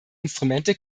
instrumente